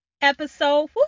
episode